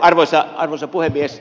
arvoisa puhemies